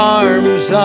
arms